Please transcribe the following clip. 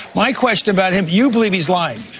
my question about him, you believe he's lying?